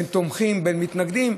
בין תומכים ובין מתנגדים,